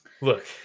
Look